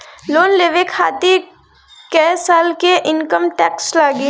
Loan लेवे खातिर कै साल के इनकम टैक्स लागी?